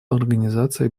организации